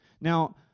Now